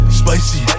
spicy